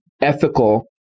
ethical